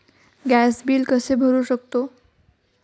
Gas bill कसे भरू शकतो?